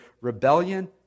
rebellion